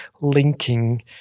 linking